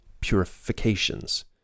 Purifications